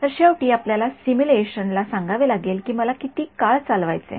मग शेवटी आपल्याला सिमुलेशन ला सांगावे लागेल की मला किती काळ चालवायचे आहे